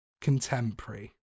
Contemporary